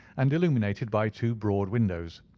and illuminated by two broad windows.